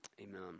Amen